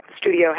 studio